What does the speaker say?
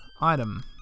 Item